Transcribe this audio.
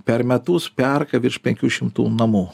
per metus perka virš penkių šimtų namų